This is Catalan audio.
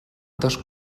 dos